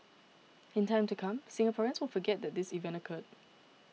in time to come Singaporeans will forget that this event occur